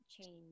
change